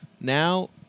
now